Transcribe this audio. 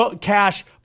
cash